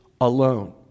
alone